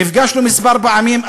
נפגשנו כמה פעמים,